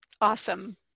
Awesome